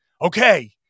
okay